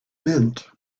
meant